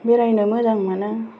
बेरायनो मोजां मोनो